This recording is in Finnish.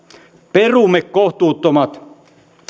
perumme kohtuuttomat